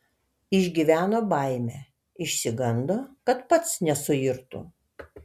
išgyveno baimę išsigando kad pats nesuirtų